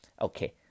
okay